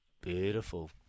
Beautiful